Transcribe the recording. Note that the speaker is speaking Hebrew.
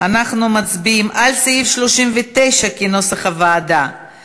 אנחנו מצביעים על סעיף 39, כנוסח הוועדה.